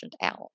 out